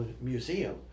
Museum